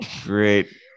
Great